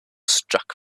struck